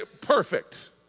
perfect